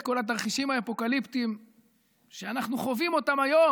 כל התרחישים האפוקליפטיים שאנחנו חווים אותם היום.